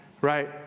right